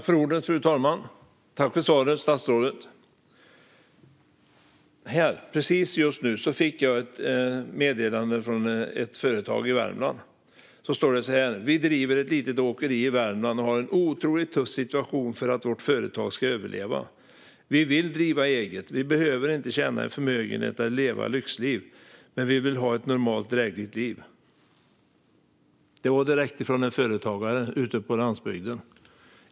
Fru talman! Tack för svaret, statsrådet! Precis nu fick jag ett meddelande från ett företag i Värmland. Där står: "Vi driver ett litet åkeri i Värmland och har en otroligt tuff situation för att vårt företag ska överleva. Vi vill driva eget. Vi behöver inte tjäna en förmögenhet och leva lyxliv, men vi vill ha ett normalt, drägligt liv." Detta kom direkt från en företagare ute på landsbygden.